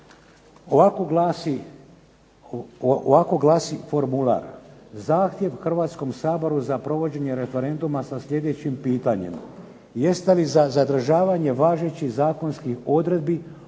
ovako glasi formular: "Zahtjev Hrvatskom saboru za provođenje referenduma sa sljedećim pitanjem: Jeste li za zadržavanje važećih zakonskih odredbi o